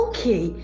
Okay